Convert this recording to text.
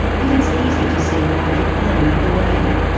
if it's easy to see why japan led the way.